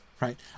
right